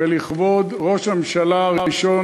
ולכבוד ראש הממשלה הראשון,